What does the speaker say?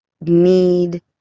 need